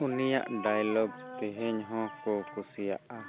ᱩᱱᱤᱭᱟᱜ ᱰᱟᱭᱞᱚᱜᱽ ᱛᱮᱦᱮᱧ ᱦᱚᱸᱠᱚ ᱠᱩᱥᱤᱭᱟᱜᱼᱟ